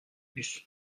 bus